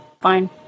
fine